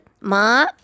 Ma